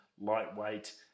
Lightweight